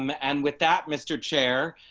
um and with that, mr. chair,